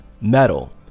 metal